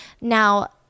Now